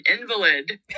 invalid